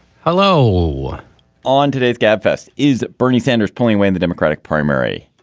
hello on today's gabfest, is bernie sanders pulling away in the democratic primary?